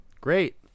Great